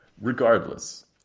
Regardless